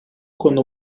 konuda